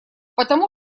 потому